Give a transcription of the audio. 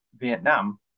Vietnam